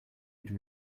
would